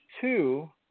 two